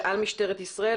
ועל משטרת ישראל,